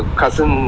cousin